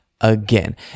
again